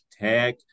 Tech